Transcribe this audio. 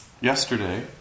Yesterday